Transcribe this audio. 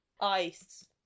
Ice